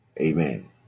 amen